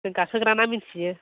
जों गाखोग्राना मोनथियो